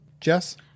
Jess